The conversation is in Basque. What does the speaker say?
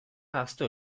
ahaztu